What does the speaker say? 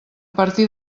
partir